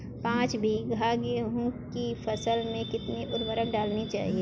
पाँच बीघा की गेहूँ की फसल में कितनी उर्वरक डालनी चाहिए?